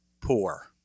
poor